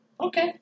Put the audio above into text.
Okay